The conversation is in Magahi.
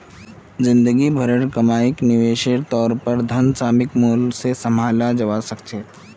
जिंदगी भरेर कमाईक निवेशेर तौर पर धन सामयिक मूल्य से सम्भालाल जवा सक छे